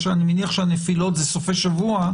אני מניח שהנפילות זה סופי שבוע.